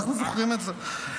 אנחנו זוכרים את זה.